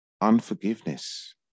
unforgiveness